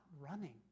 running